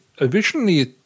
originally